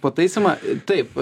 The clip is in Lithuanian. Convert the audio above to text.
pataisoma taip